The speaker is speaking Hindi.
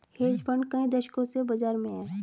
हेज फंड कई दशकों से बाज़ार में हैं